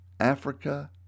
Africa